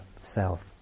self